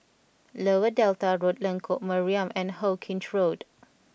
Lower Delta Road Lengkok Mariam and Hawkinge Road